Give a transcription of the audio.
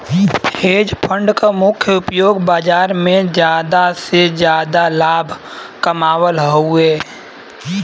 hedge fund क मुख्य उपयोग बाजार में जादा से जादा लाभ कमावल हउवे